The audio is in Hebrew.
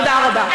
תודה רבה.